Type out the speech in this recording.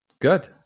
Good